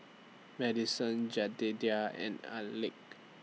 Madison Jedediah and Alek